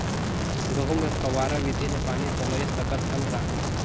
गहूं मे फव्वारा विधि ले पानी पलोय सकत हन का?